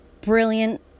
brilliant